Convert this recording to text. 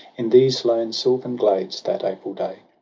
in these lone sylvan glades, that april-day.